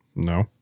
No